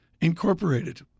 Incorporated